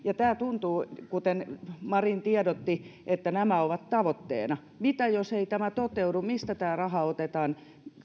kuten marin tiedotti nämä ovat tavoitteena mitä jos tämä ei toteudu mistä tämä raha otetaan